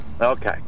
Okay